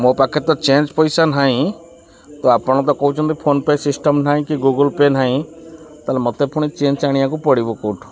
ମୋ ପାଖରେ ତ ଚେଞ୍ଜ ପଇସା ନାହିଁ ତ ଆପଣ ତ କହୁଛନ୍ତି ଫୋନ୍ ପେ' ସିଷ୍ଟମ୍ ନାହିଁ କି ଗୁଗୁଲ୍ ପେ' ନାହିଁ ତାହେଲେ ମୋତେ ପୁଣି ଚେଞ୍ଜ ଆଣିବାକୁ ପଡ଼ିବ କେଉଁଠୁ